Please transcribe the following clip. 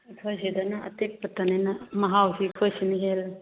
ꯑꯩꯈꯣꯏ ꯁꯤꯗꯅ ꯑꯇꯦꯛꯄꯇꯅꯤꯅ ꯃꯍꯥꯎꯁꯨ ꯑꯩꯈꯣꯏ ꯁꯤꯅ ꯍꯦꯜꯂꯦ